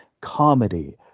comedy